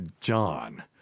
John